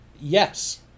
Yes